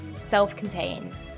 Self-Contained